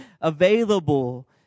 available